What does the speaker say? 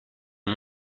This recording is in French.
ont